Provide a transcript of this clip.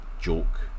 joke